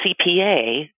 CPA